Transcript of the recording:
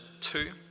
two